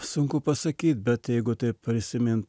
sunku pasakyt bet jeigu taip prisimint